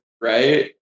Right